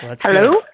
hello